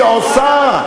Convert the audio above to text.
היא עושה.